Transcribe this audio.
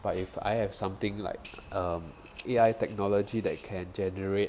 but if I have something like um A_I technology that can generate